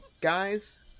guys